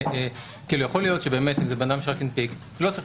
ויכול להיות שבן אדם שרק הנפיק אז הוא לא צריך